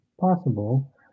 possible